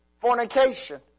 fornication